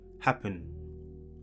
happen